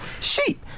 Sheep